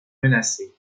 menacées